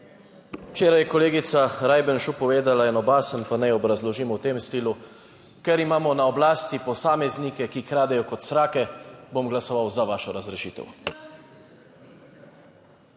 Včeraj je kolegica Rajbenšu povedala in eno basen, pa naj obrazložim v tem stilu. Ker imamo na oblasti posameznike, ki kradejo kot srake, bom glasoval za vašo razrešitev.